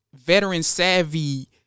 veteran-savvy